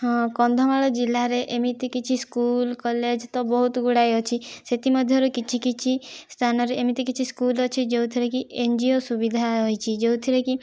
ହଁ କନ୍ଧମାଳ ଜିଲ୍ଲାରେ ଏମିତି କିଛି ସ୍କୁଲ କଲେଜ ତ ବହୁତ ଗୁଡ଼ାଏ ଅଛି ସେଥିମଧ୍ୟରୁ କିଛି କିଛି ସ୍ଥାନ ରେ ଏମିତି କିଛି ସ୍କୁଲ ଅଛି ଯେଉଁଥିରେ କି ଏନଜିଓ ସୁବିଧା ରହିଛି ଯେଉଁଥିରେ କି